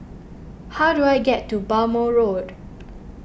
how do I get to Bhamo Road